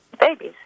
Babies